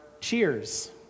Cheers